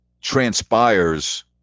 transpires